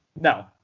No